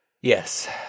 Yes